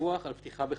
דיווח על פתיחה בחקירה,